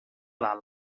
dalt